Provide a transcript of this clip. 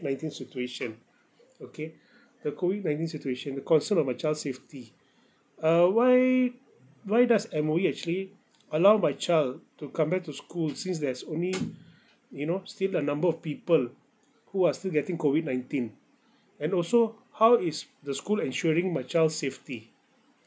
nineteen situation okay the COVID nineteen situation it concern of my child's safety err why why does M_O_E actually allowed my child to come back to school since there's only you know still there're number of people who are still getting COVID nineteen and also how is the school ensuring my child's safety